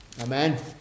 Amen